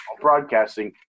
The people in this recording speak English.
broadcasting